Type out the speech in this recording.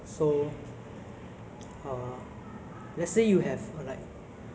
maybe I will I will take it but more likely lah I will just give it to the